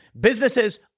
Businesses